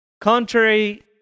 Contrary